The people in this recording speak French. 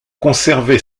conservé